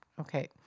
okay